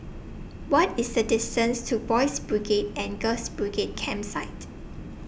What IS The distance to Boys' Brigade and Girls' Brigade Campsite